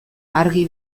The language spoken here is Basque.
argi